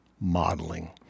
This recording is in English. modeling